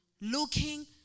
looking